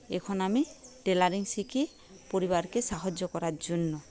এখন আমি টেলারিং শিখি পরিবারকে সাহায্য করার জন্য